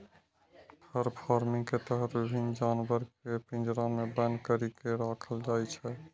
फर farming के तहत विभिन्न जानवर कें पिंजरा मे बन्न करि के राखल जाइ छै